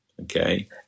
Okay